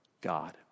God